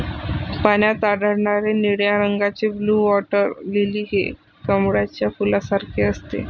पाण्यात आढळणारे निळ्या रंगाचे ब्लू वॉटर लिली हे कमळाच्या फुलासारखे असते